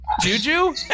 Juju